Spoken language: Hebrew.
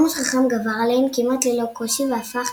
עמוס חכם גבר עליהן כמעט ללא קושי, והפך